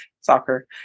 soccer